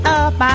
up